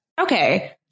Okay